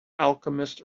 alchemist